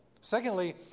Secondly